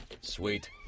Sweet